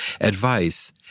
advice